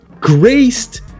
graced